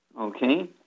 okay